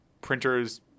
printers